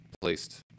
placed